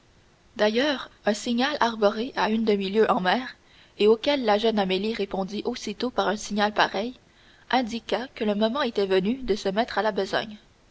d'ailleurs un signal arboré à une demi-lieue en mer et auquel la jeune amélie répondit aussitôt par un signal pareil indiqua que le moment était venu de se mettre à la besogne